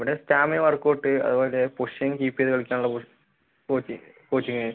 ഇവിടെ stamina workout അതുപോലെ position keep ചെയ്തു കളിക്കാനുള്ള കോഴ്സ് കോച്ചിംഗ്